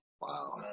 Wow